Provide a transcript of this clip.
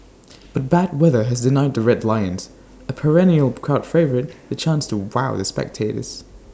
but bad weather has denied the Red Lions A perennial crowd favourite the chance to wow the spectators